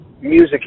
music